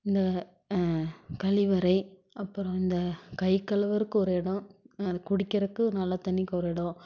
இந்த கழிவறை அப்புறம் இந்த கை கழுவுறக்கு ஒரு இடம் அது குடிக்கிறக்கு ஒரு நல்ல தண்ணிக்கு ஒரு இடம்